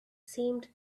seemed